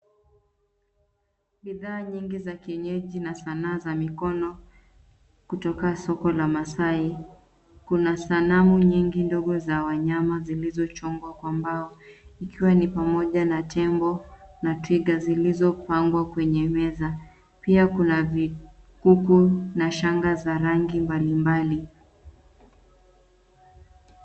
Bidhaa nyingi za kienyeji na sanaa za mikono kutoka soko la masai. Kuna sanamu nyingi ndogo za wanyama zilizochogwa kwa mbao, ikiwa ni pamoja na twiga zilizopangwa kwenye meza. Pia kuna vikuku na shanga za rangi mbalimbali.